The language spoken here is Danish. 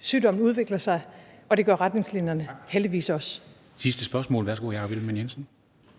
sygdommen udvikler sig, og det gør retningslinjerne heldigvis også. Kl.